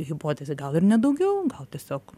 hipotezė gal ir ne daugiau gal tiesiog